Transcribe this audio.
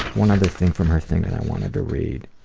one other thing from her thing that i wanted to read.